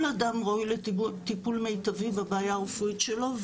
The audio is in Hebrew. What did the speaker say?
כל אדם ראוי לטיפול מיטבי בבעיה הרפואית שלו,